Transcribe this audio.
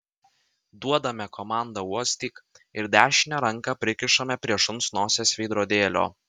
duodame komandą uostyk ir dešinę ranką prikišame prie šuns nosies veidrodėlio